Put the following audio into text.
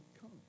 come